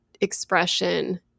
expression